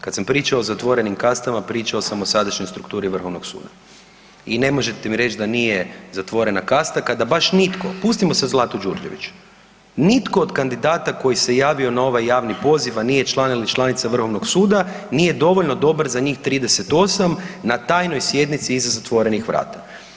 Kad sam pričao o zatvorenim kastama pričao sam o sadašnjoj strukturi Vrhovnog suda i ne možete mi reći da nije zatvorena kasta kada baš nitko, pustimo sad Zlatu Đurđević, nitko od kandidata koji se javio na ovaj javni poziv, a nije član ili članica Vrhovnog suda nije dovoljno dobar za njih 38 na tajnoj sjednici iza zatvorenih vrata.